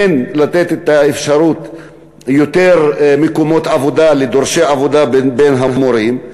הן לתת את האפשרות ליותר מקומות עבודה לדורשי עבודה מורים,